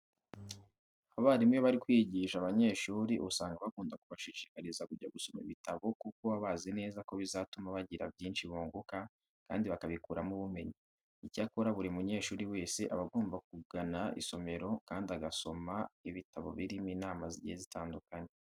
Abarimu iyo bari kwigisha abanyeshuri usanga bakunda kubashishikariza kujya gusoma ibitabo kuko baba bazi neza ko bizatuma bagira byinshi bunguka kandi bakabikuramo ubumenyi. Icyakora buri munyeshuri wese aba agomba kugana isomero kandi agasoma ibitabo birimo inama zigiye zitandukanye.